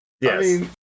Yes